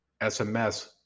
SMS